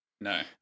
No